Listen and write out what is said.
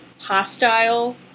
hostile